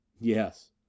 Yes